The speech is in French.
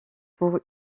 pour